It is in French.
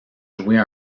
jouer